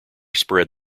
spread